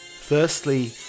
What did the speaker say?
Firstly